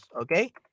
okay